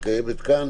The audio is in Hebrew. שקיימת כאן,